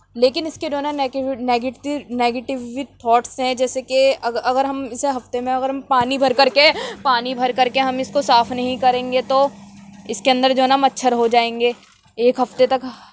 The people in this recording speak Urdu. لیکن اس کے جو ہے نہ نگیٹیو ویٹ ٹھوٹس ہیں جیسے کہ اگر اگر ہم اسے ہفتے میں اگر ہم پانی بھر کر کے پانی بھر کر کے ہم اس کو صاف نہیں کریں گے تو اس کے اندر جو ہے نا مچھر ہو جائیں گے ایک ہفتے تک